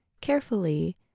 Carefully